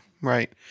right